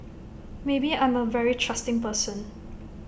maybe I'm A very trusting person